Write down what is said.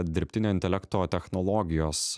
dirbtinio intelekto technologijos